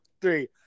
three